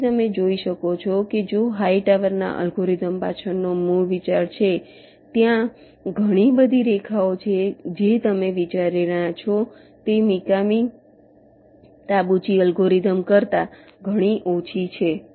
તેથી તમે જોઈ શકો છો જે હાઈટાવરના અલ્ગોરિધમ પાછળનો મૂળ વિચાર છે ત્યાં ઘણી બધી રેખાઓ છે જે તમે વિચારી રહ્યા છો તે મિકામી તાબુચી અલ્ગોરિધમ કરતાં ઘણી ઓછી છે